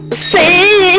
c